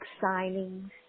signings